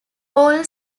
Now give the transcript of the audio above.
all